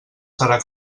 serà